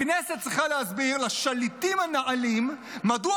הכנסת צריכה להסביר לשליטים הנעלים מדוע